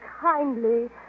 kindly